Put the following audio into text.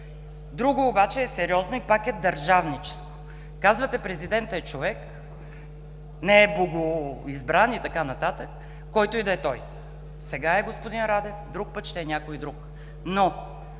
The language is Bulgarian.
Друго обаче е сериозно и пак е държавническо. Казвате „Президентът е човек. Не е богоизбран и така нататък, който и да е той. Сега е господин Радев, друг път ще е някой друг“.